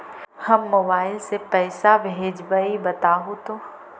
हम मोबाईल से पईसा भेजबई बताहु तो?